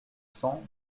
cents